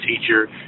teacher